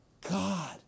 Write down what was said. God